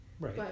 Right